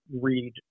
read